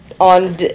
on